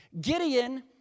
Gideon